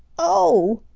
oh!